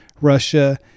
Russia